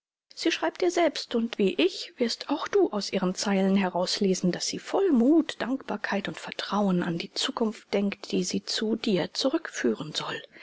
sie schreibt dir selbst und wie ich wirst auch du aus ihren zeilen herauslesen daß sie voll mut dankbarkeit und vertrauen an die zukunft denkt die sie zu dir zurückführen soll